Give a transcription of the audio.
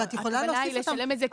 אבל את יכולה להוסיף אותם.